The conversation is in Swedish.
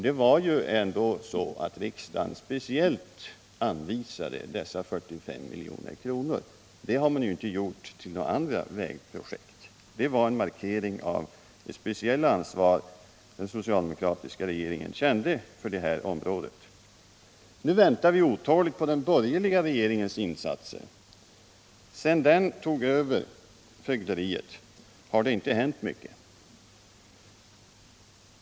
Det var ändå så att riksdagen speciellt anvisade dessa 45 milj.kr. Det har regeringen inte gjort till andra vägprojekt. Det var en markering av det speciella ansvar som den socialdemokratiska regeringen kände för detta område. Nu väntar vi otåligt på den borgerliga regeringens insatser. Sedan den tog över fögderiet har det inte hänt mycket.